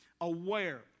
aware